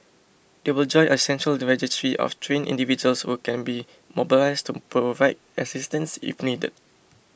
they will then join a central registry of trained individuals who can be mobilised to provide assistance if needed